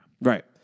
right